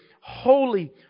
holy